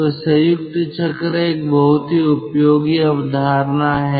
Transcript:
तो संयुक्त चक्र एक बहुत ही उपयोगी अवधारणा है